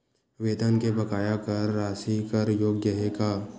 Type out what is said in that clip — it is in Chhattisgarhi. वेतन के बकाया कर राशि कर योग्य हे का?